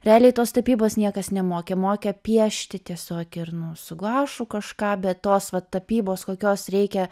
realiai tos tapybos niekas nemokė mokė piešti tiesiog ir nu su guašu kažką bet tos va tapybos kokios reikia